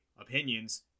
opinions